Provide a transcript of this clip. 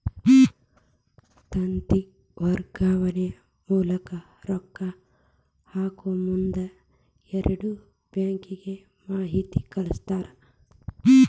ತಂತಿ ವರ್ಗಾವಣೆ ಮೂಲಕ ರೊಕ್ಕಾ ಹಾಕಮುಂದ ಎರಡು ಬ್ಯಾಂಕಿಗೆ ಮಾಹಿತಿ ಕಳಸ್ತಾರ